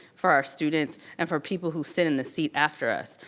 for our students, and for people who sit in the seat after us.